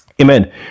Amen